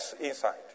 inside